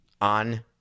on